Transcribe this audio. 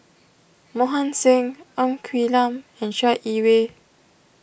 Mohan Singh Ng Quee Lam and Chai Yee Wei